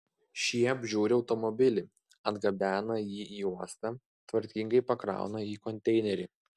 šie apžiūri automobilį atgabena jį į uostą tvarkingai pakrauna į konteinerį